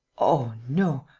oh, no.